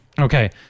Okay